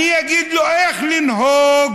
אני אגיד לו איך לנהוג: